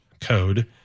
code